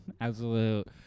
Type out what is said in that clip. Absolute